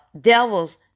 devils